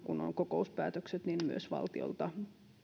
kun on kokouspäätökset pystytään myös saamaan valtiolta